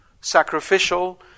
sacrificial